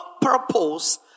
purpose